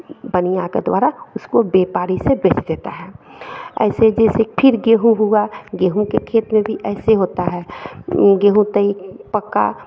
और बनिया के द्वारा उसको व्यापारी से बेच देता है ऐसे जैसे फिर गेहूं हुआ गेहूं के खेत में भी ऐसे होता है गेहूं तैयार पका